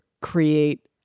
create